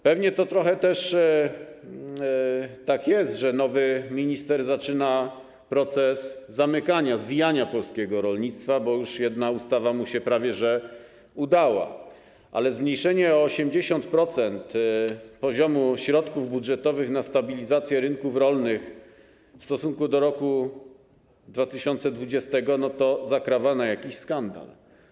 Pewnie to jest też trochę tak, że nowy minister zaczyna proces zamykania, zwijania polskiego rolnictwa, bo już jedna ustawa mu się prawie udała, ale zmniejszenie o 80% poziomu środków budżetowych na stabilizację rynków rolnych w stosunku do roku 2020 zakrawa na jakiś skandal.